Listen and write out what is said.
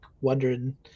wondering